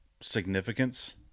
significance